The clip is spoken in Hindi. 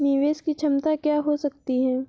निवेश की क्षमता क्या हो सकती है?